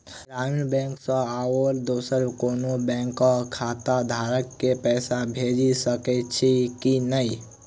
ग्रामीण बैंक सँ आओर दोसर कोनो बैंकक खाताधारक केँ पैसा भेजि सकैत छी की नै?